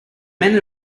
men